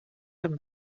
amb